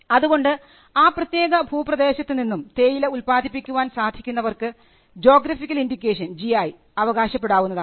അതുകൊണ്ട് ആ പ്രത്യേക ഭൂപ്രദേശത്ത് നിന്നും തേയില ഉൽപാദിപ്പിക്കാൻ സാധിക്കുന്നവർക്ക് ജോഗ്രഫിക്കൽ ഇൻഡിക്കേഷൻ ജിഐ അവകാശപ്പെടാവുന്നതാണ്